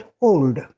old